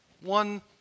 one